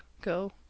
go